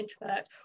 introvert